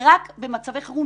רק במצבי חירום.